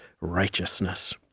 righteousness